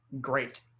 great